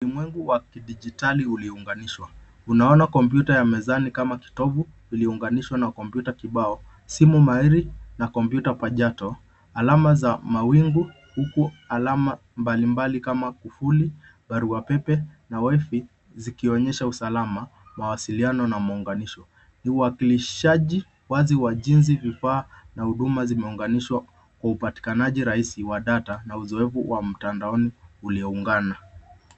Ulimwengu wa kidigitali uliunganishwa. Unaona kompyuta ya mezani kama kitovu, iliyounganishwa na kompyuta kibao simu mahiri na kompyuta pajato. Alama za mawingu huku alama mbalimbali kama kufuli, barua pepe na wifi zikionyesha usalama, mawasiliano na muunganisho. Ni uwasilishaji wazi wa jinsi vifaa na huduma zimeunganishwa kwa upatikanaji rahisi wa data na uzoefu wa mtandaoni ulioungana.